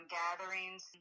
gatherings